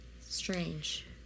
Strange